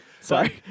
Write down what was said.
Sorry